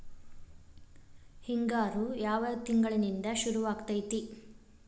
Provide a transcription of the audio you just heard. ಹಿಂಗಾರು ಯಾವ ತಿಂಗಳಿನಿಂದ ಶುರುವಾಗತೈತಿ?